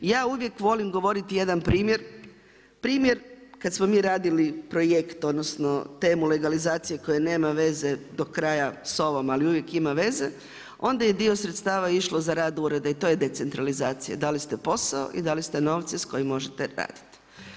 Ja uvijek volim govoriti jedan primjer, primjer, kad smo mi radili projekt, odnosno, temu legalizacije koje nema veze do kraja s ovom, ali uvijek ima veze, onda je dio sredstava išlo za rad ureda i to je decentralizacija, dali ste posao i dali ste novce s kojim možete raditi.